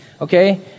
okay